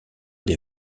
des